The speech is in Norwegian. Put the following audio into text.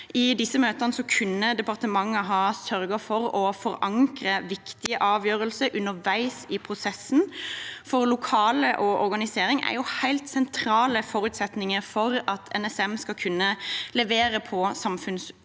I disse møtene kunne departementet sørget for å forankre viktige avgjørelser underveis i prosessen. Lokaler og organisering er jo helt sentrale forutsetninger for at NSM skal kunne levere på samfunnsoppdraget